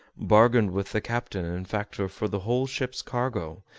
bargained with the captain and factor for the whole ship's cargo,